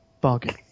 Bargain